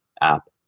app